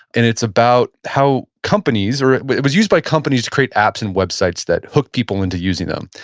and it's about how companies, or it but it was used by companies, to create apps and websites that hook people into using them.